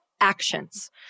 actions